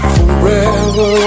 Forever